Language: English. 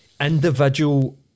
individual